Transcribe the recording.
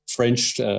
French